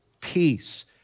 peace